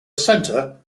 center